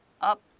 up